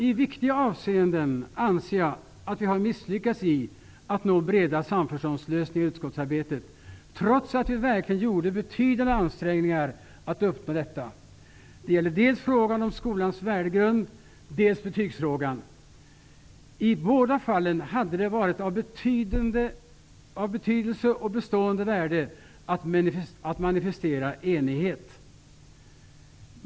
I viktiga avseenden anser jag att vi har misslyckats med att nå breda samförståndslösningar i utskottsarbetet, trots att vi verkligen gjorde betydande ansträngningar för att uppnå detta. Det gäller dels frågan om skolans värdegrund, dels betygsfrågan. I båda fallen hade det varit av betydande och bestående värde att manifestera enighet.